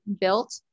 built